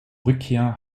rückkehr